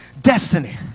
Destiny